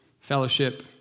fellowship